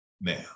now